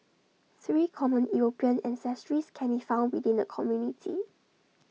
three common european ancestries can be found within the community